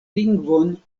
lingvon